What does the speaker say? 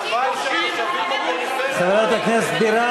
חברת הכנסת בירן,